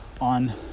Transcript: on